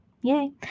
Yay